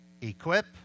equip